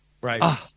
Right